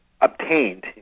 obtained